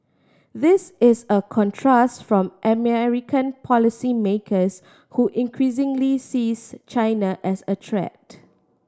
this is a contrast from American policymakers who increasingly sees China as a threat